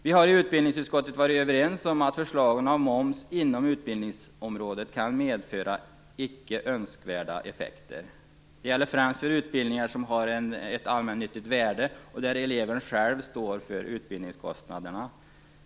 Vi har i utbildningsutskottet varit överens om att förslaget om moms inom utbildningsområdet kan medföra icke önskvärda effekter. Det gäller främst för utbildningar som har ett allmännyttigt värde och där eleven själv står för utbildningskostnaderna.